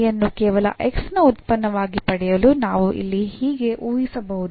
I ಅನ್ನು ಕೇವಲ x ನ ಉತ್ಪನ್ನವಾಗಿ ಪಡೆಯಲು ನಾವು ಇಲ್ಲಿ ಹೀಗೆ ಉಳಿಸಬಹುದು